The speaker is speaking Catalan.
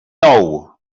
nou